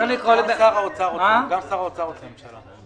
גם שר האוצר רוצה שזה יהיה בהסכמת הממשלה.